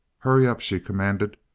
hurry up, she commanded,